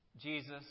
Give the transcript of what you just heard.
Jesus